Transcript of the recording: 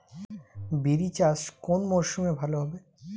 বিরি চাষ কোন মরশুমে ভালো হবে?